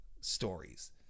stories